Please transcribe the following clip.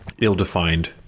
ill-defined